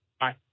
bye